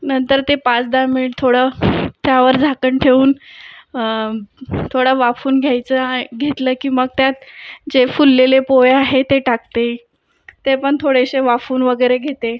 नंतर ते पाच दहा मिनीट थोडं त्यावर झाकण ठेवून थोडं वाफवून घ्यायचं आ घेतलं की मग त्यात जे फुललेले पोहे आहे ते टाकते ते पण थोडेसे वाफवून वगैरे घेते